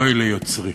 ואוי ליוצרי.